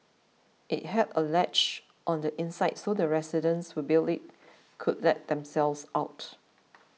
it had a latch on the inside so the residents who built it could let themselves out